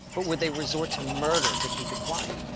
but would they resort to murder to keep it quiet?